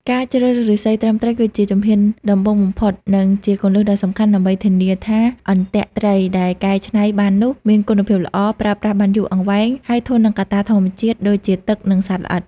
ការជ្រើសរើសឫស្សីត្រឹមត្រូវ គឺជាជំហានដំបូងបំផុតនិងជាគន្លឹះដ៏សំខាន់ដើម្បីធានាថាអន្ទាក់ត្រីដែលកែច្នៃបាននោះមានគុណភាពល្អ ប្រើប្រាស់បានយូរអង្វែង ហើយធន់នឹងកត្តាធម្មជាតិដូចជាទឹកនិងសត្វល្អិត។